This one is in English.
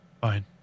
Fine